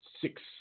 six